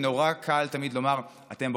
נורא קל תמיד לומר: אתם,